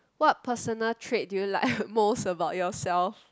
what personal traits do you like the most about yourself